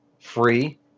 free